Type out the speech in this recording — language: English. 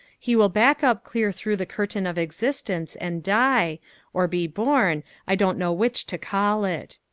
he will back up clear through the curtain of existence and die or be born, i don't know which to call it.